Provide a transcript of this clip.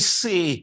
see